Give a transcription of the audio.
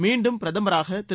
மீண்டும் பிரதமராக திரு